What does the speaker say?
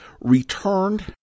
returned